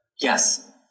Yes